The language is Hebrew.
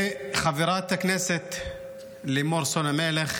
וחברת הכנסת לימור סון הר מלך